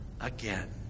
again